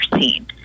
seen